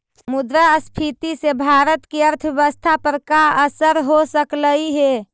मुद्रास्फीति से भारत की अर्थव्यवस्था पर का असर हो सकलई हे